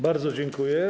Bardzo dziękuję.